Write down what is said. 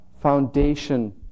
foundation